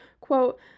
Quote